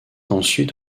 ensuite